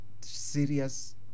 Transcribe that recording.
serious